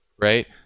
right